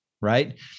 right